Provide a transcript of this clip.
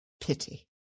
pity